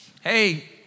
Hey